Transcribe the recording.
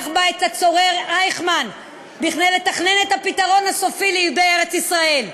בה את הצורר אייכמן כדי לתכנן את הפתרון הסופי ליהודי ארץ ישראל.